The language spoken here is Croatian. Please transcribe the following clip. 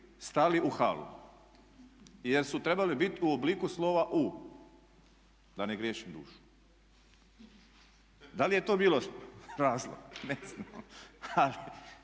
stali u halu jer su trebali biti u obliku slova U, da ne griješim dušu. Da li je to bio razlog? Ne znamo,